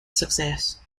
success